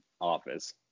office